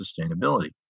sustainability